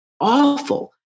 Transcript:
awful